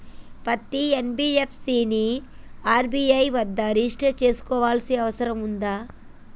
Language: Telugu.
పత్తి ఎన్.బి.ఎఫ్.సి ని ఆర్.బి.ఐ వద్ద రిజిష్టర్ చేసుకోవాల్సిన అవసరం ఉందా?